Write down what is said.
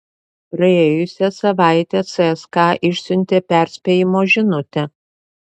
praėjusią savaitę cska išsiuntė perspėjimo žinutę